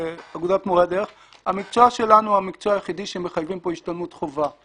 המקצוע שלנו הוא המקצוע היחיד שמחייבים בו השתלמות חובה.